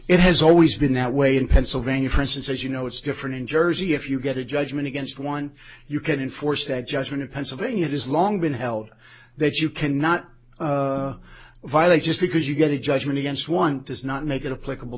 it has always been that way in pennsylvania for instance as you know it's different in jersey if you get a judgment against one you can enforce that judgment in pennsylvania it is long been held that you cannot violate just because you get a judgment against one does not make it a political